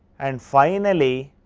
and finally,